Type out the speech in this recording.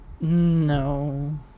No